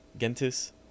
gentis